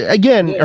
again